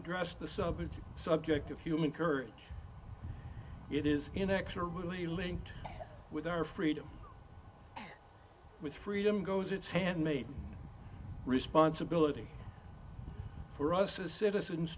addressed the subject subject of human courage it is inexorably linked with our freedom with freedom goes its handmaid responsibility for us as citizens